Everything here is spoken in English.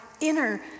inner